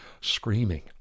screaming